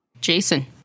Jason